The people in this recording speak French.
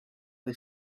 les